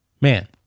man